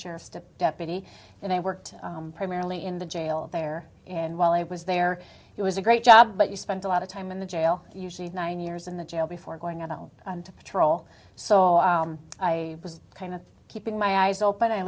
sheriff step deputy and i worked primarily in the jail there and while i was there it was a great job but you spend a lot of time in the jail usually nine years in the jail before going out on patrol so i was kind of keeping my eyes open i